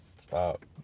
Stop